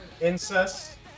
incest